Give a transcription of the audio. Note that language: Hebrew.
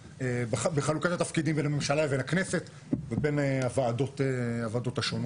בחלוקת התפקידים בין הממשלה ובין הכנסת ובין הוועדות השונות.